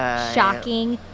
shocking,